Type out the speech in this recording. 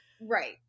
right